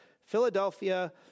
Philadelphia